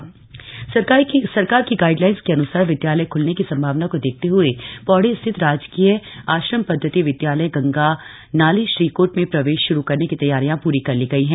school में प्रवेश सरकार की गाइडलाइंस के अन्सार विद्यालय ख्लने की संभावना को देखते हए पौड़ी स्थित राजकीय आश्रम पद्धति विद्यालय गंगानाली श्रीकोट में प्रवेश श्रू करने की तैयारियां पूरी कर ली गई हैं